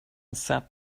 sat